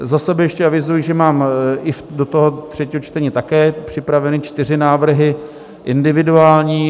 Za sebe ještě avizuji, že mám i do třetího čtení také připraveny čtyři návrhy individuální.